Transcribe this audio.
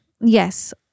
Yes